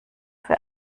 für